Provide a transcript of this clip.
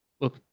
look